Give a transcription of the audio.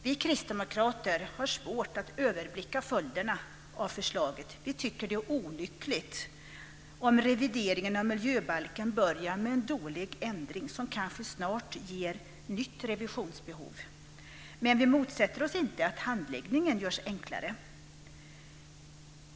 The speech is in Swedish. Vi kristdemokrater har svårt att överblicka följderna av förslaget. Vi tycker att det är olyckligt om revideringen av miljöbalken börjar med en dålig ändring som kanske snart ger nytt revisionsbehov. Men vi motsätter oss inte att handläggningen görs enklare.